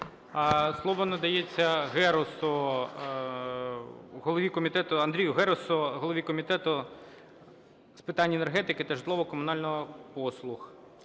голові комітету Андрію Герусу, голові Комітету з питань енергетики та житлово-комунальних послуг.